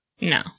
No